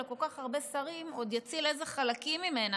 לכל כך הרבה שרים עוד יציל איזה חלקים ממנה,